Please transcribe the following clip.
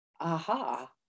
aha